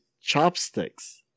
Chopsticks